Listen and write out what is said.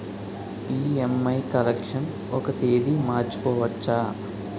EMI collection ఒక తేదీ మార్చుకోవచ్చా?